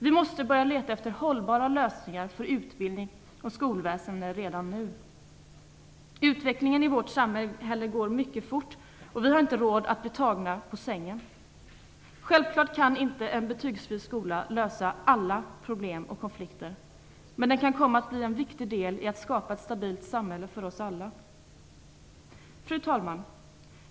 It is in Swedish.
Vi måste börja leta efter hållbara lösningar för utbildning och skolväsende redan nu. Utvecklingen i vårt samhälle går mycket fort, och vi har inte råd att bli tagna på sängen. Självklart kan inte en betygsfri skola lösa alla problem och konflikter. Men den kan komma att bli en viktig del i att skapa ett stabilt samhälle för oss alla. Fru talman!